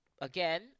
Again